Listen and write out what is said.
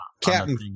Captain